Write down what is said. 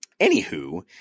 Anywho